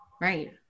Right